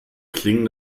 klingen